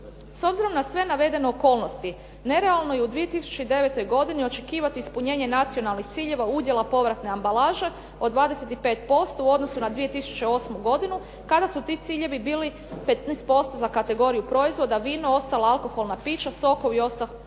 S obzirom na sve navedene okolnosti, nerealno je u 2009. godini očekivati ispunjenje nacionalnih ciljeva, udjela povratne ambalaže od 25% u odnosu na 2008. godinu kada su ti ciljevi bili 15% za kategoriju proizvoda vino, ostala alkoholna pića, sokovi, ostala